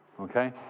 Okay